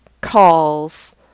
calls